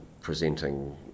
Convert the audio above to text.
presenting